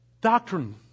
Doctrine